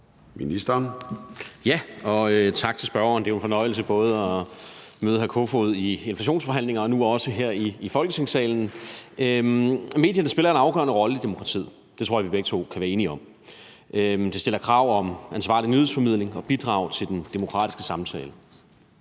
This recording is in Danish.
Tak til spørgeren. Det er jo en fornøjelse at møde hr. Peter Kofod både ved inflationsforhandlinger og nu også her i Folketingssalen. Medierne spiller en afgørende rolle i demokratiet – det tror jeg vi begge to kan være enige om. Det stiller krav om ansvarlig nyhedsformidling at bidrage til den demokratiske samtale.